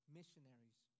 Missionaries